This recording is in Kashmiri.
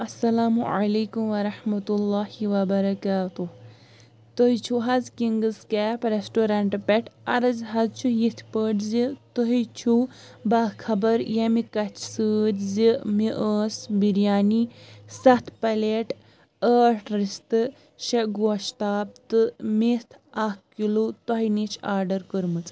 السلام علیکُم ورحمتُہ اللہ وَبرکاتُہ تُہۍ چھُو حظ کِنٛگٕس کیپ رٮ۪سٹورٮ۪نٛٹ پٮ۪ٹھ عرض حظ چھُ یِتھ پٲٹھۍ زِ تُہہِ چھُو باخبر ییٚمہِ کَتھِ سۭتۍ زِ مےٚ ٲس بِریانی سَتھ پَلیٹ ٲٹھ رِستہٕ شےٚ گۄشتاب تہٕ مِتھ اَکھ کِلوٗ تۄہہِ نِش آرڈَر کٔرمٕژ